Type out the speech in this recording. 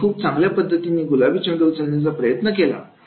त्यांनी खूप चांगल्या पद्धतीने गुलाबी चेंडू उचलण्याचा प्रयत्न केला